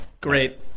Great